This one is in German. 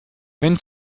wenn